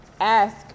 ask